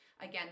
again